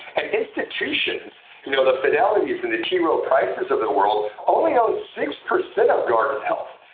and institutions, you know the fidelitys and the t rowe prices of the world, only own six percent of guardant health.